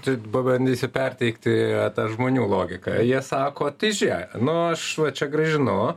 tai pabandysiu perteikti tą žmonių logiką jie sako tai žiūrėk nu aš va čia grąžinu